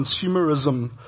consumerism